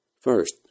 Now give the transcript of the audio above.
First